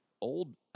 old